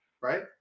right